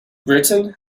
britain